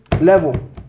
level